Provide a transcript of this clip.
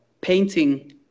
painting